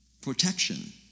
Protection